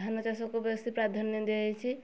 ଧାନ ଚାଷକୁ ବେଶୀ ପ୍ରାଧାନ୍ୟ ଦିଆଯାଇଛି